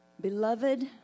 Beloved